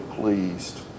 pleased